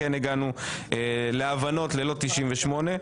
כן הגענו להבנות ללא 98,